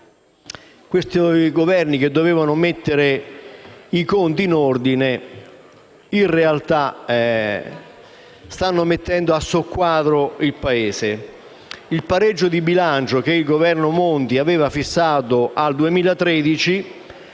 Questi Governi, che dovevano mettere i conti in ordine, in realtà, stanno mettendo a soqquadro il Paese. Il pareggio di bilancio, che il Governo Monti aveva fissato al 2013,